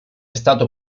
stato